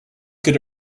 good